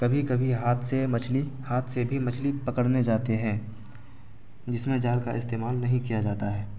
کبھی کبھی ہاتھ سے مچھلی ہاتھ سے بھی مچھلی پکڑنے جاتے ہیں جس میں جال کا استعمال نہیں کیا جاتا ہے